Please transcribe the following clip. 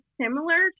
similar